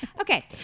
Okay